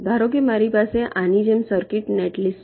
ધારો કે મારી પાસે આની જેમ સર્કિટ નેટલિસ્ટ છે